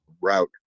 route